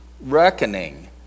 reckoning